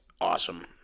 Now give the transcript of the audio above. awesome